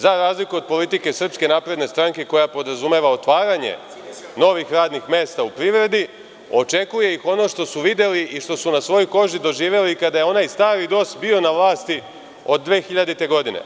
Za razliku od politike SNS-a koja podrazumeva otvaranje novih radnih mesta u privredi, očekuje ih ono što su videli i što su na svojoj koži doživeli kada jeo onaj stari DOS bio na vlasti od 2000. godine.